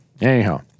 Anyhow